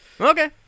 Okay